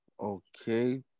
Okay